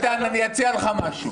איתן, אני אציע לך משהו.